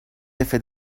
effets